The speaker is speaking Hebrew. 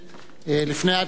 לפני ההצבעה.